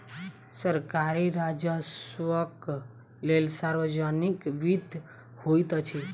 सरकारी राजस्वक लेल सार्वजनिक वित्त होइत अछि